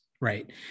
right